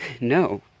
no